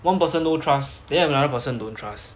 one person no trust then another person don't trust